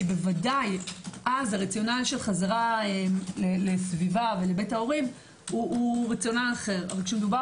ודאי אז הרציול של חזרה לסביבה ולבית ההורים הוא אחר אבל כשמדובר